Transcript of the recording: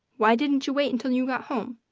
why didn't you wait until you got home?